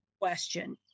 question